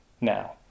now